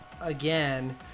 again